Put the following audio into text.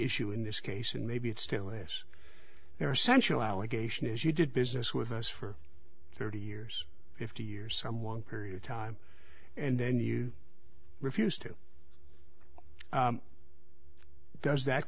issue in this case and maybe it still is their central allegation is you did business with us for thirty years fifty years some one period of time and then you refused to does that